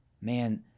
man